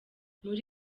muri